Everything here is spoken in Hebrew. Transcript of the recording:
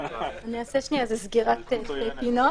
נקודה שנייה: להסב את תשומת הלב